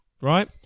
Right